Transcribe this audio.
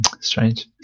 Strange